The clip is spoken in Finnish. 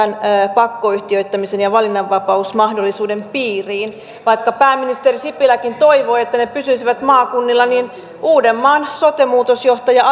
pakkoyhtiöittämisen ja valinnanvapausmahdollisuuden piiriin vaikka pääministeri sipiläkin toivoi että ne pysyisivät maakunnilla niin uudenmaan sote muutosjohtaja